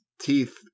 teeth